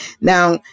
now